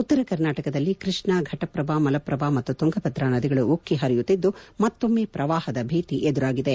ಉತ್ತರ ಕರ್ನಾಟಕದಲ್ಲಿ ಕೃಷ್ಣಾ ಘಟಪ್ರಭಾ ಮಲಪ್ರಭಾ ಮತ್ತು ತುಂಗಭದ್ರಾ ನದಿಗಳು ಉಕ್ಕಿ ಪರಿಯುತ್ತಿದ್ದು ಮತ್ತೊಮ್ಮೆ ಪ್ರವಾಪದ ಭೀತಿ ಎದುರಾಗಿದೆ